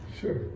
sure